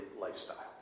lifestyle